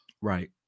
Right